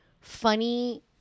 funny